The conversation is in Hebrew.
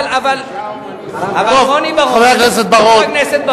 חבר הכנסת בר-און,